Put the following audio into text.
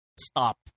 stop